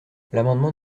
l’amendement